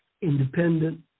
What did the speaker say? independent